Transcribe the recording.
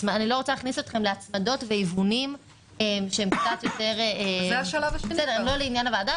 אני לא רוצה להכניס אתכם להצמדות והיוונים שהם לא לעניין הוועדה,